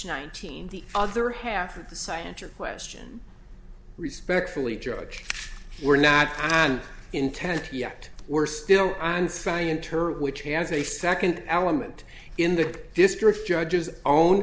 nineteen the other half of the science your question respectfully drugs were not intended yet we're still on sky inter which has a second element in the district judges own